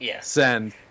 Send